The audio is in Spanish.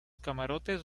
camarotes